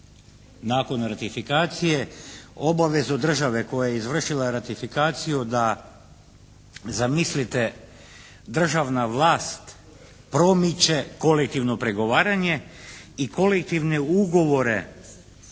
nakon ratifikacije obavezu države koja je izvršila ratifikaciju da zamislite državna vlast promiče kolekivno pregovaranje i kolektivne ugovore